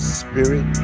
spirit